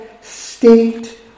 state